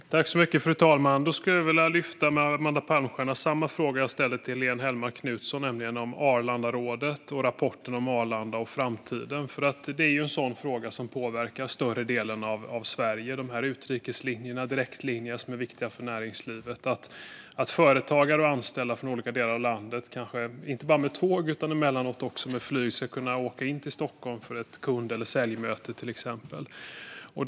Fru talman! Då skulle jag vilja ställa samma fråga till Amanda Palmstierna som jag ställde till Helene Hellmark Knutsson, nämligen om Arlandarådet och rapporten om Arlanda och framtiden. Det är en sådan fråga som påverkar större delen av Sverige. Det handlar om utrikeslinjer - direktlinjer - som är viktiga för näringslivet. Företagare och anställda från olika delar av landet ska kunna åka till Stockholm för till exempel ett kund eller säljmöte inte bara med tåg utan emellanåt även med flyg.